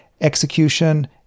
execution